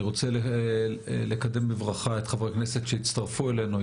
אני רוצה לקדם בברכה את חברי הכנסת שהצטרפו אלינו,